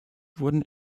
wurden